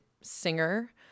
singer